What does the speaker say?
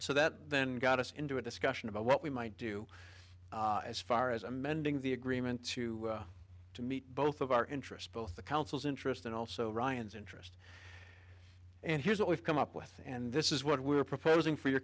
so that then got us into a discussion about what we might do as far as amending the agreement to to meet both of our interests both the council's interest and also ryan's interest and here's what we've come up with and this is what we're proposing for your